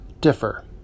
differ